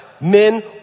Men